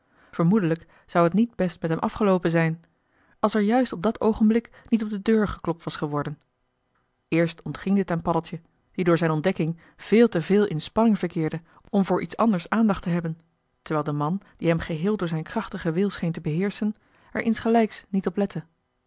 vermoedelijk zou het niet best met hem afgeloopen zijn als er juist op dat oogenblik niet op de deur geklopt was geworden eerst ontging dit aan paddeltje die door zijn ontdekking veel te veel in spanning verkeerde om voor iets anders aandacht te hebben terwijl de man die hem geheel door zijn krachtigen wil scheen te beheerschen er insgelijks niet